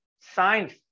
science